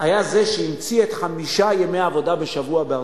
היה זה שהמציא את חמישה ימי העבודה בשבוע בארצות-הברית,